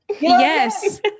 Yes